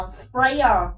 sprayer